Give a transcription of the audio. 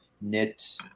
knit